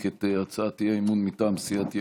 את הצעת האי-אמון מטעם סיעת ימינה,